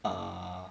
ah